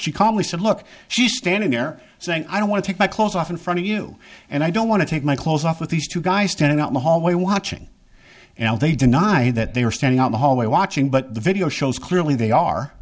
calmly said look she's standing there saying i don't want to take my clothes off in front of you and i don't want to take my clothes off with these two guys standing out in the hallway watching and they denied that they were standing on the hallway watching but the video shows clearly they are